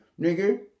nigga